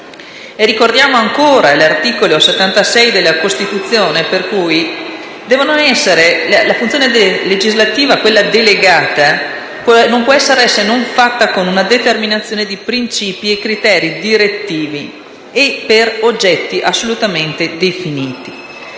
Ricordiamo ancora l'articolo 76 della Costituzione per cui la funzione legislativa non può essere delegata se con determinazione di principi e criteri direttivi e per oggetti assolutamente definiti.